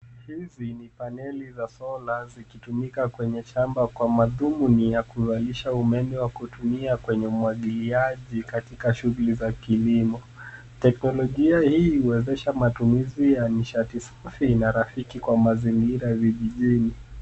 Hizi ni paneli za sola zikitumika kwenye shamba kwa madhumuni ya kurahisisha umeme wa kutumia kwenye umwagiliaji katika shughuli za kilimo. Teknolojia hii imewezesha matumizi ya nishati safi na rafiki kwa mazingira vijijini.